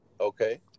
Okay